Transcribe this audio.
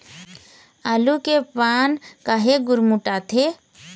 आलू के पान काहे गुरमुटाथे?